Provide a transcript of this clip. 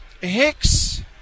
Hicks